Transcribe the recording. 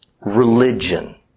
religion